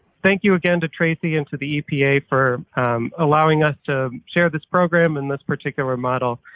thank you again to tracey and to the epa for allowing us to share this program in this particular model,